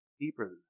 deeper